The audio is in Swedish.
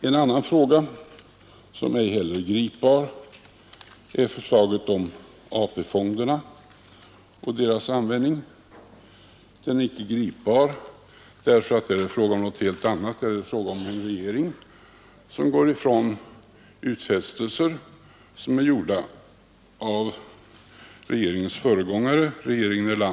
En annan fråga, som inte heller är gripbar, är förslaget om AP-fonderna och deras användning. Den är inte gripbar därför att där är det fråga om något helt annat, nämligen om en regering som går ifrån utfästelser gjorda av regeringens föregångare, regeringen Erlander.